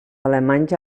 alemanys